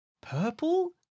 purple